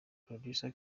producer